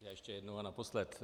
Já ještě jednou a naposled.